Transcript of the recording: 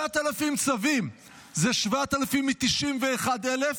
7,000 צווים זה 7,000 מ-91,000,